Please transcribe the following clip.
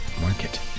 market